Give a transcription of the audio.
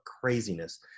craziness